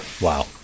Wow